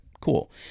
Cool